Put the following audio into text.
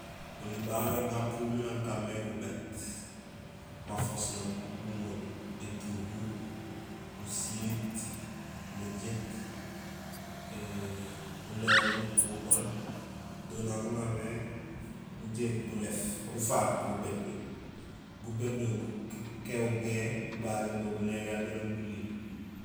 Oli babé upu miin nak gukaanmé gubéét, mafoos nak guŋorul, étuhur, usiit, mujiit, uléñun, gugool do nak guŋa mé gujéék buléét ufaak gubét do, gubét do gukéék géé gubagéén do gulé gagu jaraam guling.